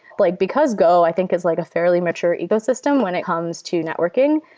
like because go i think is like a fairly mature ecosystem when it comes to networking,